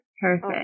Perfect